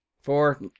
Four